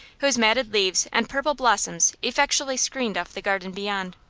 whose matted leaves and purple blossoms effectually screened off the garden beyond.